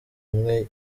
umwe